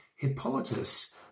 Hippolytus